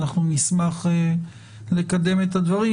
אנחנו נשמח לקדם את הדברים,